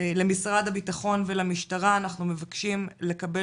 למשרד הביטחון ולמשטרה: אנחנו מבקשים לקבל